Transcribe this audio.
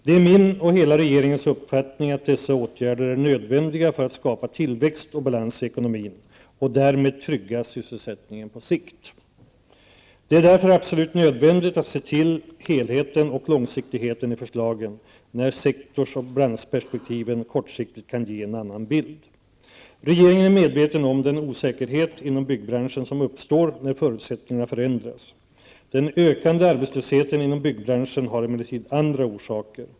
Det är min och hela regeringens uppfattning att dessa åtgärder är nödvändiga för att skapa tillväxt och balans i ekonomin och därmed trygga sysselsättningen på sikt. Det är därför absolut nödvändigt att se till helheten och långsiktigheten i förslagen, när sektors och branschperspektiven kortsiktigt kan ge en annan bild. Regeringen är medveten om den osäkerhet inom byggbranschen som uppstår när förutsättningarna förändras. Den ökande arbetslösheten inom byggbranschen har emellertid andra orsaker.